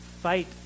fight